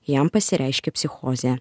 jam pasireiškė psichozė